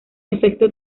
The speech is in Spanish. efecto